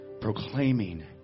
proclaiming